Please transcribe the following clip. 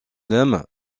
l’aime